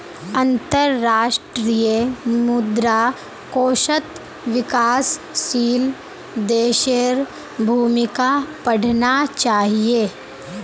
अंतर्राष्ट्रीय मुद्रा कोषत विकासशील देशेर भूमिका पढ़ना चाहिए